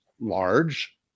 large